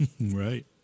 Right